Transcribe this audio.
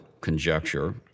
conjecture